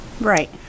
Right